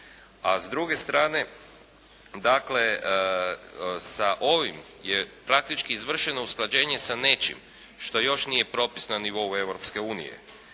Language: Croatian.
A s druge strane sa ovim je praktički izvršeno usklađenje sa nečim što još nije propis na nivou